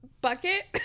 bucket